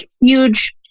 huge